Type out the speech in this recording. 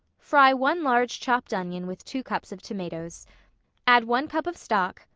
fry one large chopped onion with two cups of tomatoes add one cup of stock,